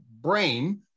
brain